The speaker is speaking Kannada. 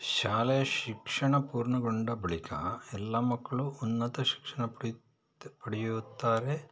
ಶಾಲೆಯ ಶಿಕ್ಷಣ ಪೂರ್ಣಗೊಂಡ ಬಳಿಕ ಎಲ್ಲ ಮಕ್ಕಳೂ ಉನ್ನತ ಶಿಕ್ಷಣ ಪಡೆಯುತ್ತ ಪಡೆಯುತ್ತಾರೆ